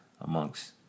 amongst